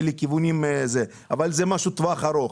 אבל זה לטווח ארוך.